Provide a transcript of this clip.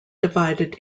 divided